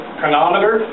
chronometer